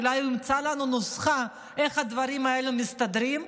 אולי הוא ימצא לנו נוסחה איך הדברים האלה מסתדרים,